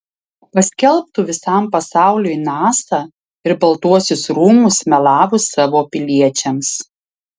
paskelbtų visam pasauliui nasa ir baltuosius rūmus melavus savo piliečiams